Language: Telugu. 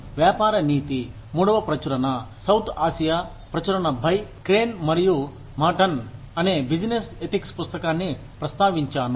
నేను బిజినెస్ ఎథిక్స్ నేను వ్యాపార నీతి మూడవ ప్రచురణ సౌత్ ఆసియా ప్రచురణ బై క్రేన్ మరియు మాటన్ అనే బిజినెస్ ఎథిక్స్ పుస్తకాన్ని ప్రస్తావించాను